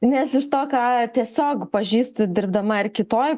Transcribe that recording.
nes iš to ką tiesiog pažįstu dirbdama ir kitoj